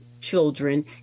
children